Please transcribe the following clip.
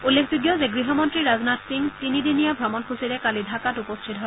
উল্লেখযোগ্য যে গৃহমন্ত্ৰী ৰাজনাথ সিং তিনিদিনীয়া ভ্ৰমণসূচীৰে কালি ঢাকাত উপস্থিত হয়